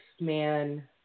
man